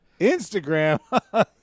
instagram